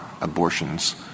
abortions